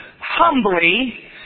humbly